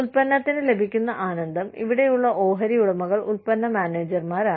ഉല്പന്നത്തിന് ലഭിക്കുന്ന ആനന്ദം ഇവിടെയുള്ള ഓഹരി ഉടമകൾ ഉൽപ്പന്ന മാനേജർമാരാണ്